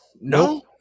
no